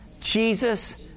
Jesus